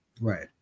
Right